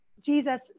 Jesus